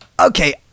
okay